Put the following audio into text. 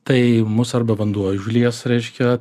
tai mus arba vanduo užlies reiškia